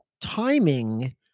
timing